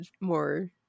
more